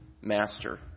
master